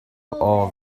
all